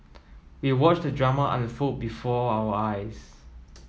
we watched the drama unfold before our eyes